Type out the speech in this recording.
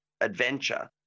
adventure